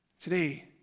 Today